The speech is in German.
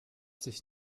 sich